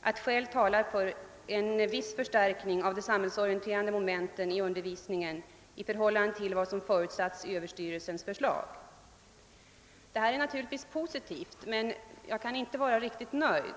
att »skäl talar för en viss förstärkning av de samhällsorienterande momenten i undervisningen i förhållande till vad som förutsatts i skolöverstyrelsens förslag». Den skrivningen är naturligtvis positiv, men jag är ändå inte riktigt nöjd.